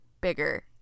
bigger